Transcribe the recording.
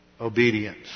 Obedience